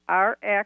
Rx